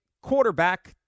quarterback